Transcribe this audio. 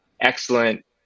Excellent